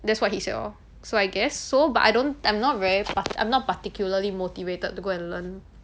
that's what he said orh so I guess so but I don't I'm not very pa~ I'm not particularly motivated to go and learn